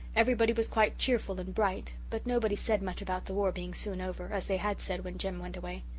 everybody was quite cheerful and bright, but nobody said much about the war being soon over, as they had said when jem went away.